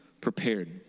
prepared